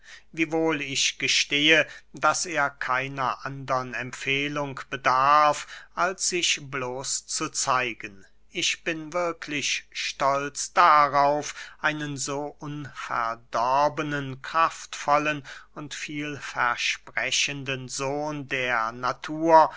wiewohl ich gestehe daß er keiner andern empfehlung bedarf als sich bloß zu zeigen ich bin wirklich stolz darauf einen so unverdorbenen kraftvollen und vielversprechenden sohn der natur